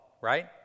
right